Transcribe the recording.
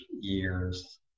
years